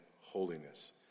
holiness